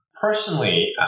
personally